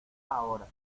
ahora